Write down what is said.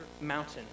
mountain